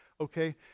okay